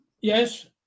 Yes